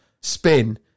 spin